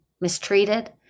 mistreated